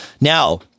Now